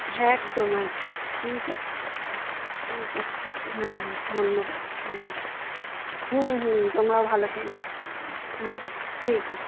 একদম একদম ঠিক আছে ঠিক আছে হ্যাঁ হ্যাঁ ধন্যবাদ হুম হুম হুম তোমরাও ভালো থেকো হ্যাঁ ঠিক আছে